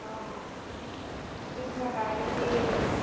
हां हां तेच ना कारणकी